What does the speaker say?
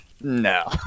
No